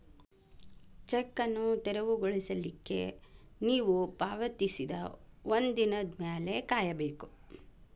check ಅನ್ನು ತೆರವುಗೊಳಿಸ್ಲಿಕ್ಕೆ ನೇವು ಪಾವತಿಸಿದ ಒಂದಿನದ್ ಮ್ಯಾಲೆ ಕಾಯಬೇಕು